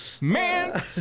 man